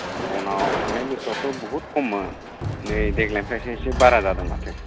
मनाव थांनाय बोसोरावथ' बहुद खममोन नै देग्लायनिफ्रायसो एसे बारा जादों माथो